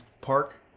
park